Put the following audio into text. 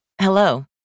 Hello